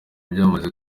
byamaze